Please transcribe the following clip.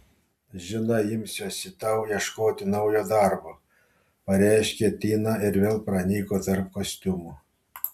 žinai imsiuosi tau ieškoti naujo darbo pareiškė tina ir vėl pranyko tarp kostiumų